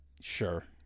Sure